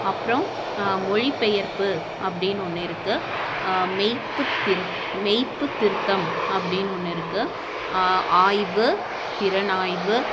அப்புறம் மொழி பெயர்ப்பு அப்படினு ஒன்று இருக்குது மெய்ப்பு திரு மெய்ப்பு திருத்தம் அப்படினு ஒன்று இருக்குது ஆய்வு திறனாய்வு